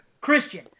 Christian